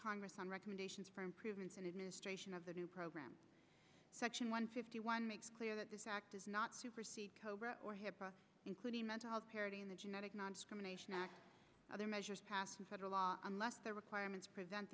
congress on recommendations for improvements and administration of the new program section one fifty one makes clear that this act does not cobra or hipaa including mental health parity in the genetic nondiscrimination act other measures passed in federal law unless the requirements prevent